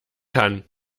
kann